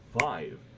five